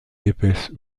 épaisse